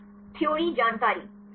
छात्र थ्योरी जानकारी